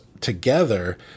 together